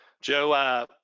Joe